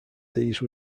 these